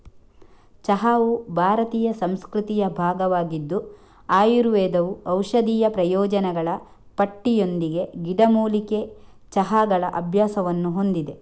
ಚಹಾವು ಭಾರತೀಯ ಸಂಸ್ಕೃತಿಯ ಭಾಗವಾಗಿದ್ದು ಆಯುರ್ವೇದವು ಔಷಧೀಯ ಪ್ರಯೋಜನಗಳ ಪಟ್ಟಿಯೊಂದಿಗೆ ಗಿಡಮೂಲಿಕೆ ಚಹಾಗಳ ಅಭ್ಯಾಸವನ್ನು ಹೊಂದಿದೆ